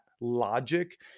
logic